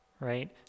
right